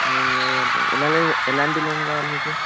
ఎలా ఎలాంటి లోన్ కావాలి మీకు